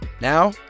Now